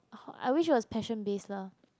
oh I wish it was passion based lah